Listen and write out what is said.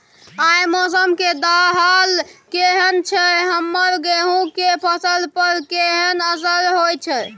आय मौसम के हाल केहन छै हमर गेहूं के फसल पर केहन असर होय छै?